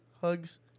hugs